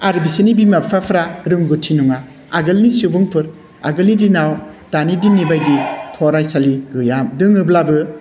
आरो बिसोरनि बिमा बिफाफ्रा रोंगौथि नङा आगोलनि सुबुंफोर आगोलनि दिनाव दानि दिन्निबादि फरायसालि गैया दङब्लाबो